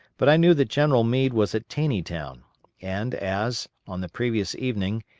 but i knew that general meade was at taneytown and as, on the previous evening,